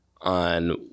on